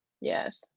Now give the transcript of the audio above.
Yes